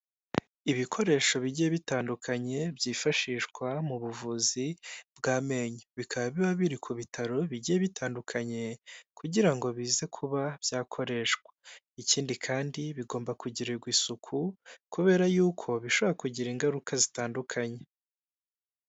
Ibikoresho bigiye bitandukanye byifashishwa mu buvuzi bw'amenyo, bikaba biba biri ku bitaro bigiye bitandukanye kugira ngo bize kuba byakoreshwa. Ikindi kandi bigomba kugirirwa isuku kubera yuko bishobora kugira ingaruka zitandukanye.